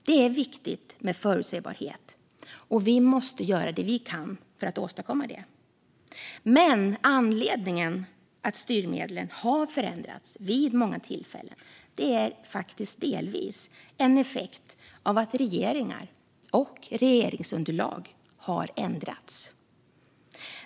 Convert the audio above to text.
Det är viktigt med förutsägbarhet, och vi måste göra det vi kan för att åstadkomma det. Men att styrmedlen har förändrats vid många tillfällen är faktiskt delvis en effekt av att regeringar och regeringsunderlag har ändrats.